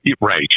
Right